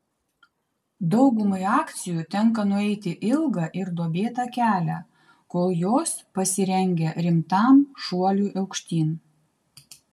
daugumai akcijų tenka nueiti ilgą ir duobėtą kelią kol jos pasirengia rimtam šuoliui aukštyn